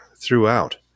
throughout